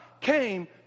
came